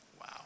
Wow